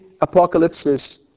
apocalypses